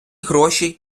гроші